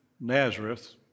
nazareth